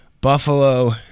Buffalo